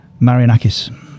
Marianakis